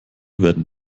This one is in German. werden